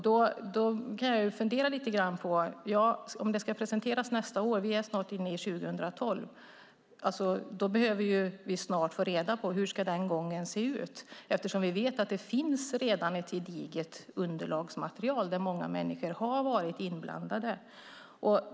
Då kan jag fundera lite grann på att detta ska presenteras nästa år och att vi snart är inne i 2012, alltså behöver vi snart få reda på hur arbetsgången ska se ut, eftersom vi vet att det redan finns ett gediget underlagsmaterial där många människor har varit inblandade.